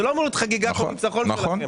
זה לא אמור להיות חגיגה של ניצחון שלכם.